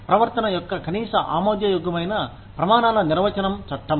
ప్రవర్తన యొక్క కనీస ఆమోదయోగ్యమైన ప్రమాణాల నిర్వచనం చట్టం